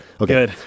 okay